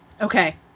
Okay